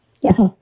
Yes